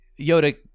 Yoda